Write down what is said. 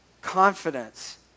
Confidence